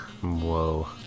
Whoa